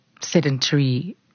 sedentary